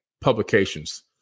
publications